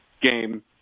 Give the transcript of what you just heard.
game